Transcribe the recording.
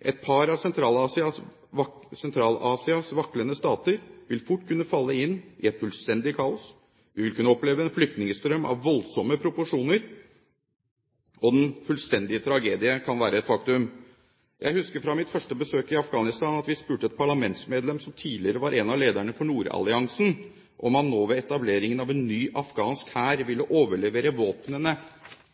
Et par av Sentral-Asias vaklende stater vil fort kunne falle inn i et fullstendig kaos. Vi vil kunne oppleve en flyktningstrøm av voldsomme proporsjoner, og den fullstendige tragedie kan være et faktum. Jeg husker fra mitt første besøk i Afghanistan at vi spurte et parlamentsmedlem som tidligere var en av lederne for Nordalliansen, om han nå, ved etableringen av en ny afghansk hær, ville overlevere våpnene